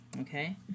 Okay